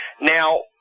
Now